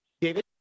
David